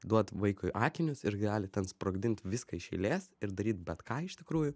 duot vaikui akinius ir gali ten sprogdint viską iš eilės ir daryt bet ką iš tikrųjų